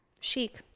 Chic